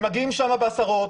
הם מגיעים לשם בעשרות,